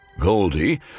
Goldie